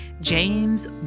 James